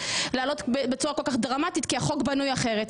להעלות בצורה כל כך דרמטית כי החוק בנוי אחרת.